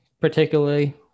particularly